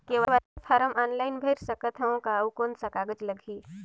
KYC form online भर सकत हवं का? अउ कौन कागज लगही?